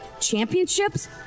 championships